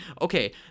Okay